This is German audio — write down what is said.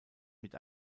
mit